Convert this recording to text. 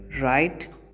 right